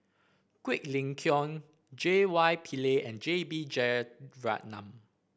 Quek Ling Kiong J Y Pillay and J B Jeyaretnam